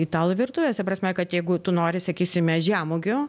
italų virtuvės ta prasme kad jeigu tu nori sakysime žemuogių